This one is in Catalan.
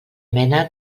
mena